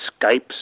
Skypes